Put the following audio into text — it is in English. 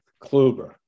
Kluber